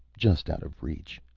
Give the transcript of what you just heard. just out of reach.